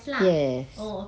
yes